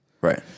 right